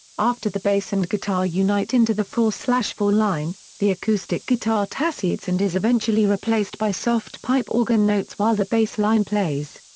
after the bass and guitar unite into the four four line, the acoustic guitar tacets and is eventually replaced by soft pipe organ notes while the bass line plays.